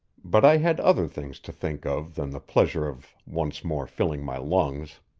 but i had other things to think of than the pleasure of once more filling my lungs.